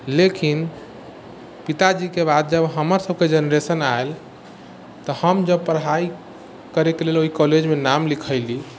लेकिन पिताजीके बाद जब हमर सबके जेनरेशन आएल तऽ हम जब पढ़ाइ करैके लेल ओहि कॉलेजमे नाम लिखैली